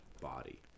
body